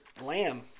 lamb